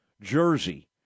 jersey